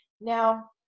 now